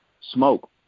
Smoke